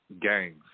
gangs